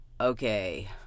Okay